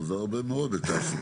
הוא עזר הרבה מאוד בתעסוקה,